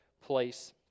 place